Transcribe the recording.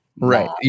Right